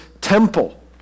temple